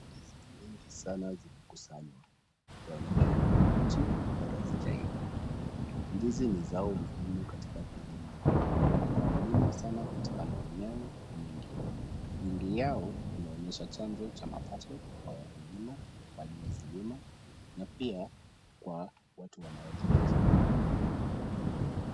Ndizi mingi sana zimekusanywa. Zinaonekana kuwa mbichi bado hazijaiva. Ndizi ni zao muhimu katika kilimo linolimwa sana katika maeneo mingi. Mengi yao yanaonyesha chanzo cha mapato kwa wakulima waliozilima na pia kwa watu wanaoziuza.